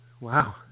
Wow